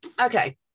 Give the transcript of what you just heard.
Okay